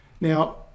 Now